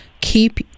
keep